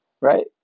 Right